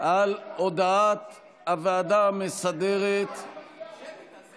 על הודעת הוועדה המסדרת, תעשה שמית.